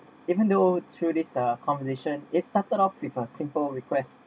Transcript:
even though through this uh conversation it started off with a simple request